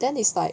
then it's like